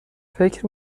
فکر